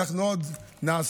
אנחנו עוד נעשה,